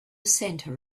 center